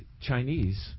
Chinese